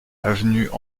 avenue